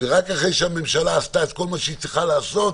ורק אחרי שהממשלה עשתה את כל מה שהיא צריכה לעשות,